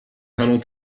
tunnel